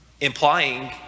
Implying